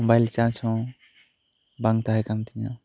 mobile charge ᱦᱚᱸ ᱵᱟᱝ ᱛᱟᱦᱮᱸ ᱠᱟᱱ ᱛᱤᱧᱟ